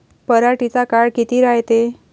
पराटीचा काळ किती रायते?